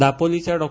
दापोलीच्या डॉ